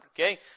okay